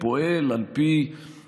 ויתור דה פקטו של המדינה על חבלי ארץ ישראל,